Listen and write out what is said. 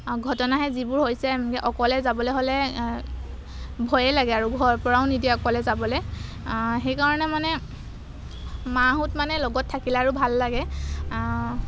ঘটনাহে যিবোৰ হৈছে এনেকৈ অকলে যাবলৈ হ'লে ভয়েই লাগে আৰু ঘৰৰপৰাও নিদিয়ে অকলে যাবলৈ সেইকাৰণে মানে মাহঁত মানে লগত থাকিলে আৰু ভাল লাগে